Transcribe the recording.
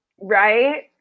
Right